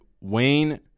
Wayne